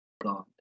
God